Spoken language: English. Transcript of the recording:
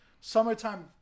Summertime